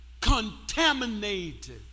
Contaminated